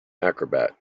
acrobat